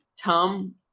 Tom